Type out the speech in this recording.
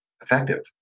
effective